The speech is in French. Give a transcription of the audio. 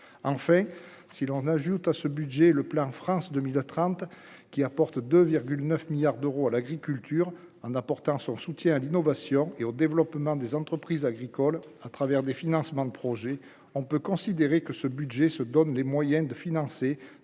en fait si l'on ajoute à ce budget, le plan France 2030, qui apporte de 9 milliards d'euros à l'agriculture, en apportant son soutien à l'innovation et au développement des entreprises agricoles à travers des financements de projets, on peut considérer que ce budget se donne les moyens de financer